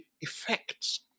effects